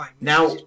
now